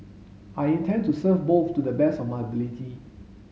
I intend to serve both to the best of my ability